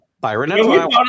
Byron